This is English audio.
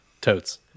Totes